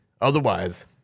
Otherwise